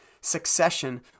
succession